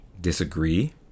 disagree